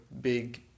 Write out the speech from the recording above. big